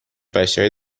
بشری